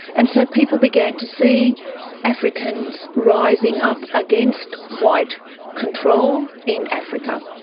and so people began to see africans rising up against white control in africa.